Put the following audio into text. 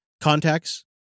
contacts